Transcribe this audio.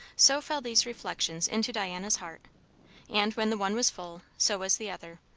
so fell these reflections into diana's heart and when the one was full, so was the other.